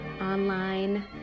online